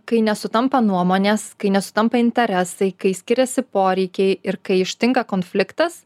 kai nesutampa nuomonės kai nesutampa interesai kai skiriasi poreikiai ir kai ištinka konfliktas